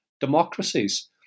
democracies